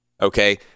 okay